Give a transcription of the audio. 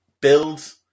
Build